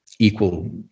equal